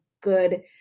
good